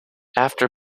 after